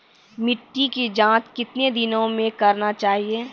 मिट्टी की जाँच कितने दिनों मे करना चाहिए?